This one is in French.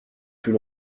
plus